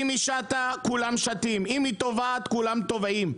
אם היא שטה, כולם שטים, אם היא טובעת כולם טובעים.